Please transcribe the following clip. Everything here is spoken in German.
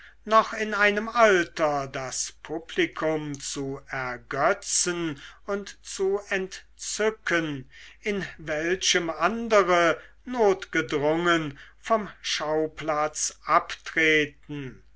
noch in einem alter das publikum zu ergötzen und zu entzücken in welchem andere notgedrungen vom schauplatz abtreten